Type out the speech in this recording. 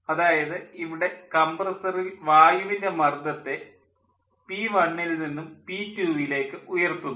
അതായത് ഇവിടെ കംപ്രസ്സറിൽ വായുവിൻ്റെ മർദ്ദത്തെ പി1 ൽ നിന്നും പി2 ലേക്ക് ഉയർത്തുന്നു